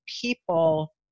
people